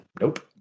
nope